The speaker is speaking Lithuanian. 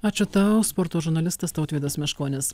ačiū tau sporto žurnalistas tautvydas meškonis